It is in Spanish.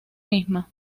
misma